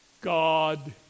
God